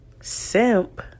Simp